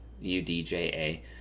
U-D-J-A